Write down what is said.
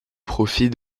profit